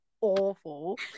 awful